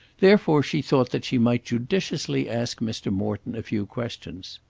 therefore she thought that she might judiciously ask mr. morton a few questions.